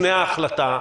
לפני ההחלטה,